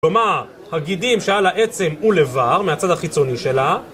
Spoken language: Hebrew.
כלומר, הגידים שעל העצם הוא לבר מהצד החיצוני שלה